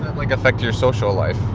like, affect your social life?